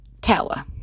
tower